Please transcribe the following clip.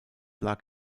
lag